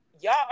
y'all